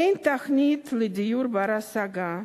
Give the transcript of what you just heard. אין תוכנית לדיור בר-השגה,